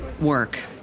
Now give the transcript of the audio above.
work